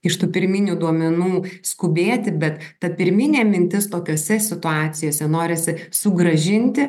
iš tų pirminių duomenų skubėti bet ta pirminė mintis tokiose situacijose norisi sugrąžinti